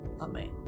Amen